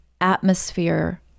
atmosphere